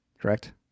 correct